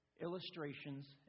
illustrations